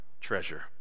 treasure